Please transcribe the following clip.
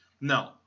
No